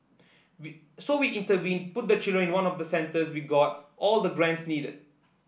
we so we intervened put the children in one of our centres we got all the grants needed